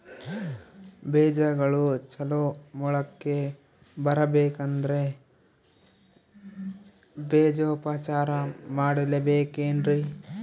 ಬೇಜಗಳು ಚಲೋ ಮೊಳಕೆ ಬರಬೇಕಂದ್ರೆ ಬೇಜೋಪಚಾರ ಮಾಡಲೆಬೇಕೆನ್ರಿ?